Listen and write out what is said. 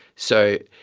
so,